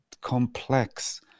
complex